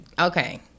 okay